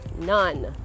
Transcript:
None